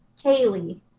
Kaylee